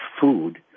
food